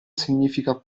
significa